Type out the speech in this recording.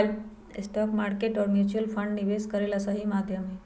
stock market और mutual fund निवेश करे ला सही माध्यम हई